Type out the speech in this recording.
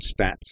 stats